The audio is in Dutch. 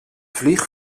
vlieg